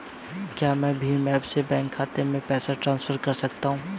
क्या मैं भीम ऐप से बैंक खाते में पैसे ट्रांसफर कर सकता हूँ?